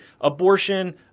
abortion